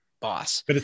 boss